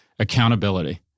accountability